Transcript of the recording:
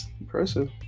impressive